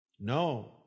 no